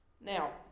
Now